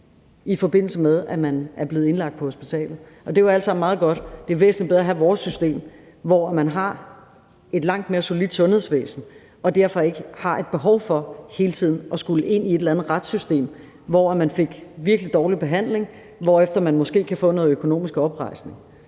i forbindelse med at man er blevet indlagt på hospitalet. Det er jo alt sammen meget godt, men det er væsentlig bedre at have vores system, hvor man har et langt mere solidt sundhedsvæsen og derfor ikke har behov for hele tiden at skulle ind i et eller andet retssystem, hvis man har fået virkelig dårlig behandling, og hvorefter man måske kan få noget økonomisk oprejsning.